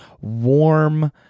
warm